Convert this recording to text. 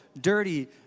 dirty